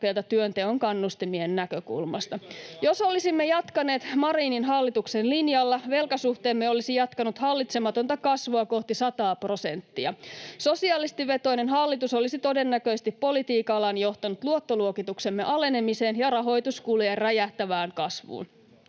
työnteon kannustimien näkökulmasta. Jos olisimme jatkaneet Marinin hallituksen linjalla, velkasuhteemme olisi jatkanut hallitsematonta kasvua kohti sataa prosenttia. Sosialistivetoinen hallitus olisi todennäköisesti politiikallaan johtanut luottoluokituksemme alenemiseen ja rahoituskulujen räjähtävään kasvuun.